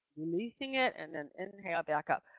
releasing it and then inhale back up.